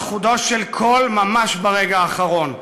על חודו של קול, ממש ברגע האחרון.